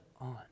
on